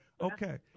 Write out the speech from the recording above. Okay